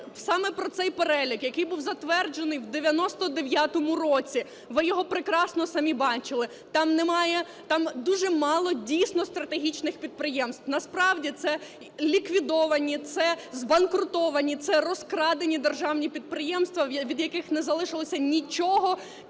саме про цей перелік, який був затверджений в 1999 році, ви його прекрасно самі бачили, там немає, там дуже мало, дійсно, стратегічних підприємств. Насправді, це ліквідовані, це збанкрутовані, це розкрадені державні підприємства, від яких не залишилося нічого,